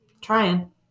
Trying